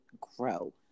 grow